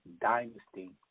dynasty